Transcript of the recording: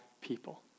people